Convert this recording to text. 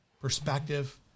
perspective